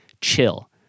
chill